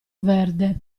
verde